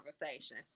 conversation